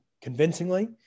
convincingly